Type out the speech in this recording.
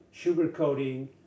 sugarcoating